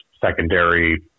secondary